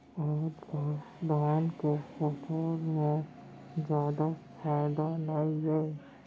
आजकाल धान के फसल म जादा फायदा नइये